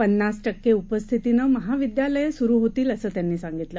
पन्नासटक्केउपस्थितीनंमहाविद्यालयंसुरूहोतील असंत्यांनीसांगितलं